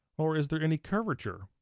or is there any curvature?